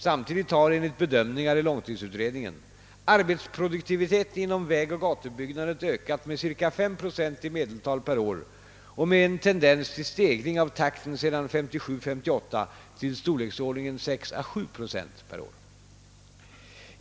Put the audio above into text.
Samtidigt har, enligt bedömningar i långtidsutredningen, arbetsproduktiviteten inom vägoch gatubyggandet ökat med cirka 5 procent i medeltal per år och med en tendens till stegring av takten sedan 1957/58 till storleksordningen 6 å 7 procent per år.